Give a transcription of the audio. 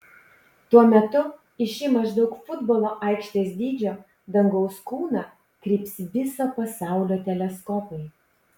tuo metu į šį maždaug futbolo aikštės dydžio dangaus kūną kryps viso pasaulio teleskopai